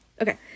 Okay